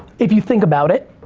if you think about it,